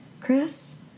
Chris